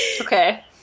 Okay